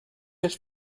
his